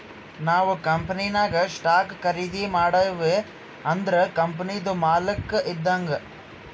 ನಾವ್ ಕಂಪನಿನಾಗ್ ಸ್ಟಾಕ್ ಖರ್ದಿ ಮಾಡಿವ್ ಅಂದುರ್ ಕಂಪನಿದು ಮಾಲಕ್ ಇದ್ದಂಗ್